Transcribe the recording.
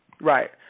Right